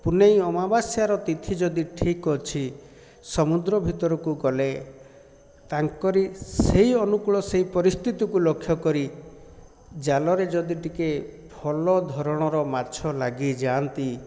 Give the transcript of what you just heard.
ପୁନେଇଁ ଅମାବାସ୍ୟାର ତିଥି ଯଦି ଠିକ୍ ଅଛି ସମୁଦ୍ର ଭିତରକୁ ଗଲେ ତାଙ୍କରି ସେଇ ଅନୁକୂଳ ସେଇ ପରିସ୍ଥିତିକୁ ଲକ୍ଷକରି ଜାଲରେ ଯଦି ଟିକେ ଭଲ ଧରଣର ମାଛ ଲାଗିଯାଆନ୍ତି